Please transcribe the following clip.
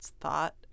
thought